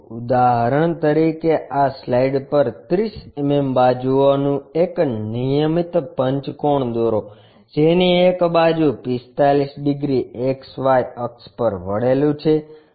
ઉદાહરણ તરીકે આ સ્લાઇડ પર 30 mm બાજુઓનું એક નિયમિત પંચકોણ દોરો જેની એક બાજુ 45 ડિગ્રી XY અક્ષ પર વળેલું છે